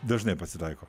dažnai pasitaiko